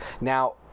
now